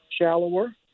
shallower